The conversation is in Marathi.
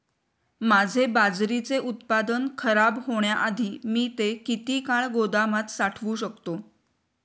माझे बाजरीचे उत्पादन खराब होण्याआधी मी ते किती काळ गोदामात साठवू शकतो?